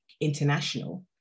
International